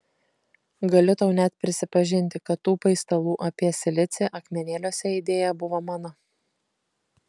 galiu tau net prisipažinti kad tų paistalų apie silicį akmenėliuose idėja buvo mano